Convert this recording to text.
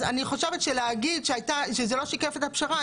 אז להגיד שזה לא שיקף את הפשרה,